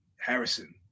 Harrison